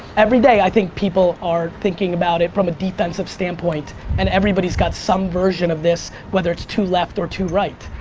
everyday i think people are thinking about it from a defensive standpoint and everybody's got some version of this. whether it's too left or too right.